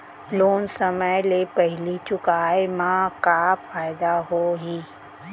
Loan समय ले पहिली चुकाए मा का फायदा होही?